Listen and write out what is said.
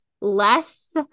less